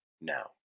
now